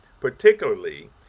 particularly